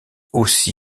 aussi